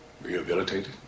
rehabilitated